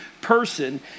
person